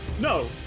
No